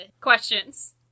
questions